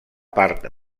part